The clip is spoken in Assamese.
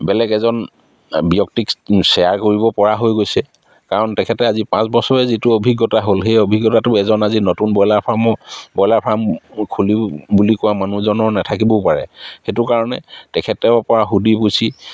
বেলেগ এজন ব্যক্তিক শ্বেয়াৰ কৰিবপৰা হৈ গৈছে কাৰণ তেখেতে আজি পাঁচ বছৰে যিটো অভিজ্ঞতা হ'ল সেই অভিজ্ঞতাটো এজন আজি নতুন ব্ৰইলাৰ ফাৰ্মো ব্ৰইলাৰ ফাৰ্ম খুলি বুলি কোৱা মানুহজনৰ নাথাকিবও পাৰে সেইটো কাৰণে তেখেতেৰপৰা সুধি পুচি